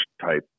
type